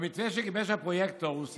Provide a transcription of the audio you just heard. במתווה שגיבש הפרויקטור הוא סיכם,